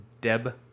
Deb